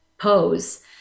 pose